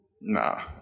Nah